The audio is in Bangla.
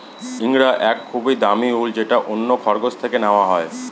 ইঙ্গরা এক খুবই দামি উল যেটা অন্য খরগোশ থেকে নেওয়া হয়